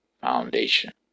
foundation